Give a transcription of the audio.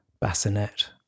bassinet